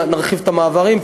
נרחיב את המעברים,